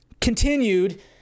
continued